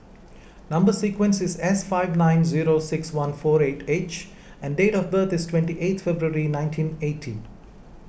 Number Sequence is S five nine zero six one four eight H and date of birth is twenty eight February nineteen eighty